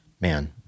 man